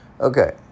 Okay